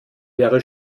wäre